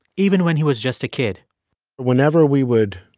even when he was just a kid whenever we would